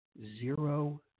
Zero